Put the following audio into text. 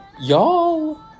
y'all